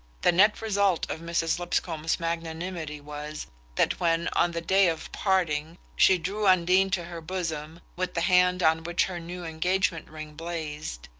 the net result of mrs. lipscomb's magnanimity was that when, on the day of parting, she drew undine to her bosom with the hand on which her new engagement-ring blazed,